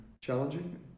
challenging